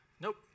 Nope